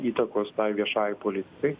įtakos tai viešajai politikai